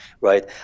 right